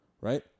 right